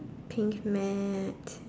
pink matte